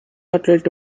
outlet